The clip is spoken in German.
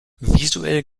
visuell